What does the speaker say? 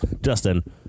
Justin